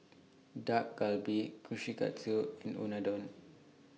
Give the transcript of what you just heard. Dak Galbi Kushikatsu and Unadon